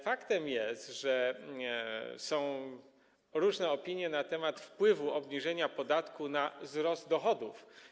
Faktem jest, że są różne opinie na temat wpływu obniżenia podatków na wzrost dochodów.